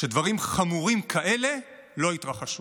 שדברים חמורים כאלה לא התרחשו.